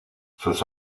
sus